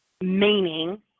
meaning